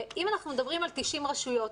אם אנחנו מדברים על 90 רשויות,